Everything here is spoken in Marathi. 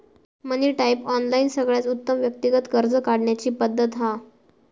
मनी टैप, ऑनलाइन सगळ्यात उत्तम व्यक्तिगत कर्ज काढण्याची पद्धत हा